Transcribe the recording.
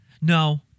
No